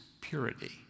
purity